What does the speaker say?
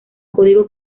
código